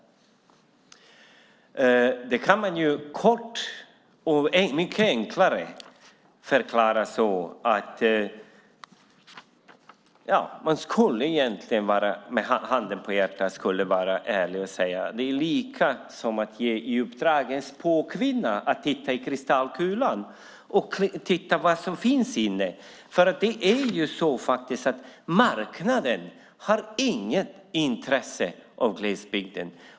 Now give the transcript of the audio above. Egentligen skulle man kort och enkelt kunna säga att det är samma sak som att ge en spåkvinna i uppdrag att titta i kristallkulan och se vad där finns. Marknaden har nämligen inget intresse av glesbygden.